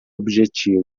objetivo